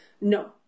No